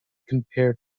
compared